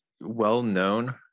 well-known